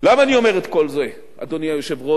למה אני אומר את כל זה, אדוני היושב-ראש?